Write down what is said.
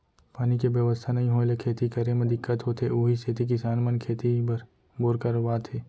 पानी के बेवस्था नइ होय ले खेती करे म दिक्कत होथे उही सेती किसान मन खेती बर बोर करवात हे